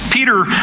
Peter